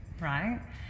right